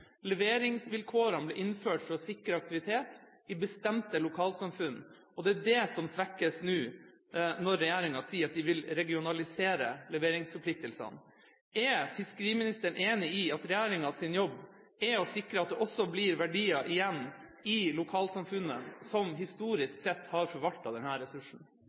Leveringsvilkårene ble innført for å sikre aktivitet i bestemte lokalsamfunn, og det er det som svekkes nå når regjeringa sier at de vil regionalisere leveringsforpliktelsene. Er fiskeriministeren enig i at regjeringas jobb er å sikre at det også blir verdier igjen i lokalsamfunnet, som historisk sett har forvaltet denne ressursen?